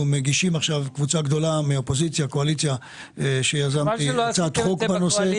קבוצה גדולה מהאופוזיציה ומהקואליציה מגישה הצעת חוק שיזמתי בנושא.